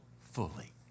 fully